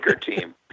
team